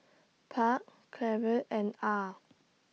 Park Cleave and Ah